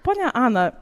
ponia ana